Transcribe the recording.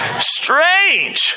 strange